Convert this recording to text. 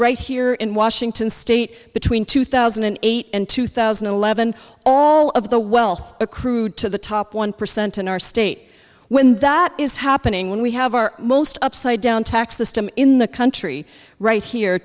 right here in washington state between two thousand and eight and two thousand all of the wealth accrued to the top one percent in our state when that is happening when we have our most upside down tax system in the country right here